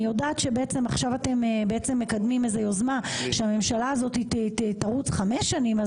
אני יודעת שאתם מקדמים איזה יוזמה שהממשלה הזאת תרוץ חמש שנים,